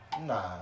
Nah